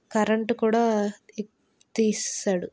current కూడా తీసేసాడు